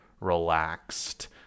relaxed